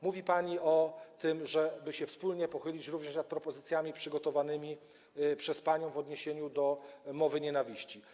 Mówi pani o tym, żeby wspólnie pochylić się również nad propozycjami przygotowanymi przez panią w odniesieniu do mowy nienawiści.